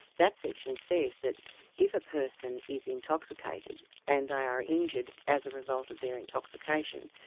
that section says that if a person is intoxicated and they are injured as a result of their intoxication,